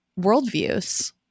worldviews